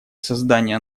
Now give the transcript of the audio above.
создания